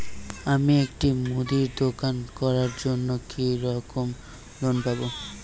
আমি একটি মুদির দোকান করার জন্য কি রকম লোন পাব?